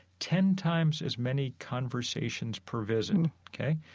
ten times as many conversations per visit. ok?